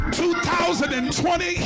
2020